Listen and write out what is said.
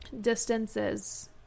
distances